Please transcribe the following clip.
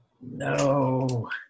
No